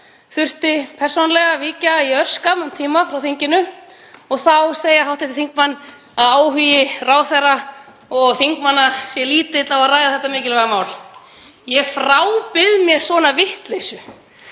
þurfti persónulega víkja í örskamman tíma frá þinginu og þá segja hv. þingmenn að áhugi ráðherra og þingmanna sé lítill á að ræða þetta mikilvæga mál. Ég frábið mér svona vitleysu,